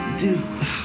dude